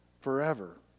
forever